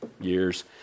years